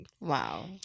Wow